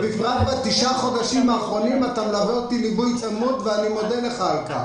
ב-9 חודשים האחרונים אתה מלווה אותי ליווי צמוד ואני מודה לך על כך.